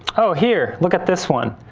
oh here, look at this one.